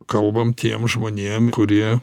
kalbam tiem žmonėm kurie